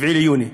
4 ביוני.